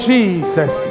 Jesus